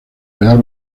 real